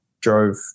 Drove